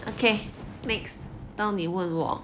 okay next 到你问我